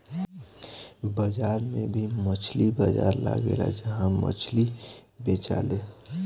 बाजार में भी मछली बाजार लगेला जहा मछली बेचाले